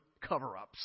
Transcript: cover-ups